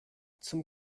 zum